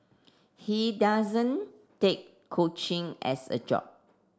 he doesn't take coaching as a job